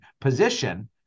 position